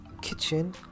kitchen